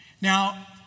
Now